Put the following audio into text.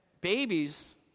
babies